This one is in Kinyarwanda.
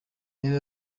yari